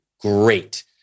Great